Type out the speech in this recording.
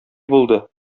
булды